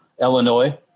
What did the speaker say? Illinois